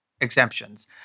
exemptions